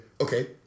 Okay